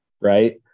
Right